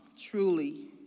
truly